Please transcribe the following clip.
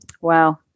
Wow